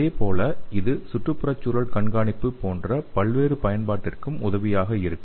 அதேபோல இது சுற்றுப்புறச்சூழல் கண்காணிப்பு போன்ற பல்வேறு பயன்பாட்டிற்கும் உதவியாக இருக்கும்